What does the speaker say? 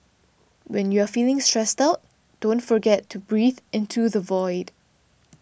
when you are feeling stressed out don't forget to breathe into the void